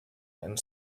and